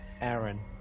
Aaron